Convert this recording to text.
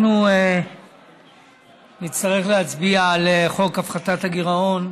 אנחנו נצטרך להצביע על חוק הפחתת הגירעון,